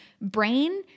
brain